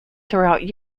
throughout